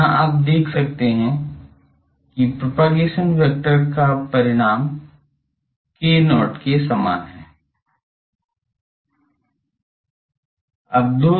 तो यहाँ आप देख सकते हैं कि प्रोपगेशन वेक्टर का परिमाण k0 के समान है